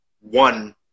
one